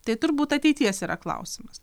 tai turbūt ateities yra klausimas